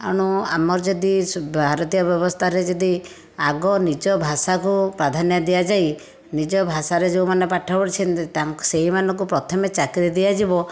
ଏଣୁ ଆମର ଯଦି ଭାରତୀୟ ବ୍ୟବସ୍ଥାରେ ଯଦି ଆଗ ନିଜ ଭାଷାକୁ ପ୍ରାଧାନ୍ୟ ଦିଆଯାଇ ନିଜ ଭାଷାରେ ଯେଉଁମାନେ ପାଠ ପଢ଼ିଛନ୍ତି ସେଇମାନଙ୍କୁ ପ୍ରଥମେ ଚାକିରୀ ଦିଆଯିବ